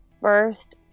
first